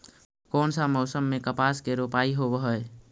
कोन सा मोसम मे कपास के रोपाई होबहय?